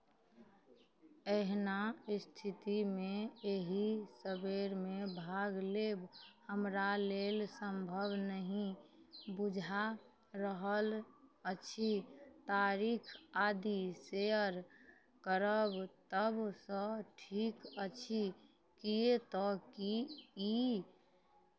एहिना स्थितिमे एही सवेरमे भाग लेब हमरा लेल सम्भव नहि बुझा रहल अछि तारीख आदि शेयर करब सभसँ ठीक अछि किएक तऽ की ई